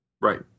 Right